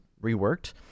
reworked